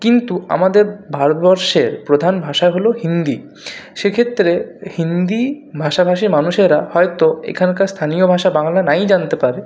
কিন্তু আমাদের ভারতবর্ষের প্রধান ভাষা হল হিন্দি সেক্ষেত্রে হিন্দি ভাষাভাষী মানুষেরা হয়তো এখানকার স্থানীয় ভাষা বাংলা নাই জানতে পারে